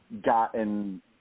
gotten